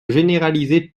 généraliser